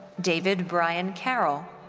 david brian carroll.